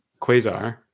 Quasar